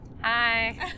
hi